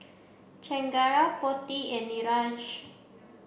Chengara Potti and Niraj